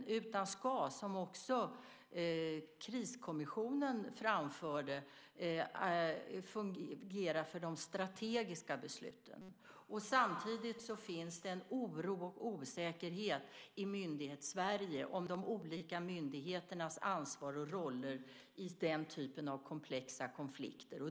I stället ska det, som också Kriskommissionen framförde, fungera för de strategiska besluten. Samtidigt finns det en oro och en osäkerhet i Myndighets-Sverige om de olika myndigheternas ansvar och roller i den typen av komplexa konflikter.